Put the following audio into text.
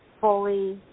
fully